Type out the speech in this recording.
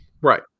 Right